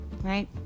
right